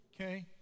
Okay